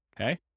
okay